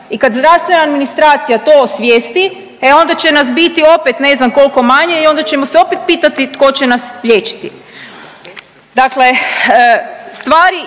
i kad zdravstvena administracija to osvijesti e onda će nas biti opet ne znam kolko manje i onda ćemo se opet pitati tko će nas liječiti.